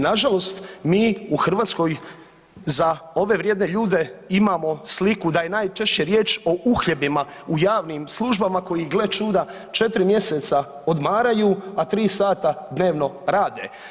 Nažalost mi u Hrvatskoj za ove vrijedne ljude imamo sliku da je najčešće riječ o uhljebima u javnim službama koji gle čuda, 4 mjeseca odmaraju, a 3 sata dnevno rade.